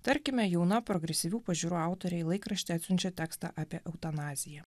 tarkime jauna progresyvių pažiūrų autorė į laikraštį atsiunčia tekstą apie eutanaziją